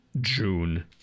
June